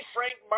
Frank